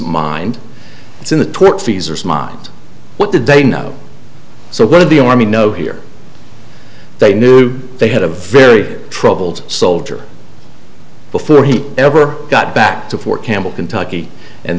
mind it's in the twit freezers mind what did they know so what did the army know here they knew they had a very troubled soldier before he ever got back to fort campbell kentucky and